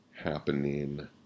happening